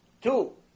Two